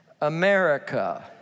America